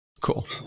Cool